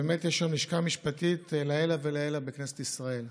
באמת יש לנו לשכה משפטית לעילא ולעילא בכנסת ישראל.